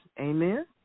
Amen